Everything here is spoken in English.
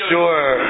Sure